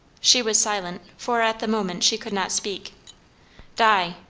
she was silent, for at the moment she could not speak di!